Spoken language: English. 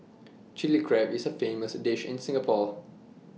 Chilli Crab is A famous dish in Singapore